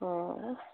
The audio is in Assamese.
অঁ